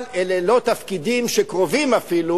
אבל אלה לא תפקידים שקרובים אפילו